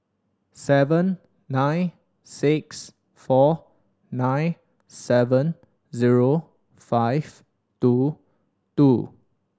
seven nine six four nine seven zero five two two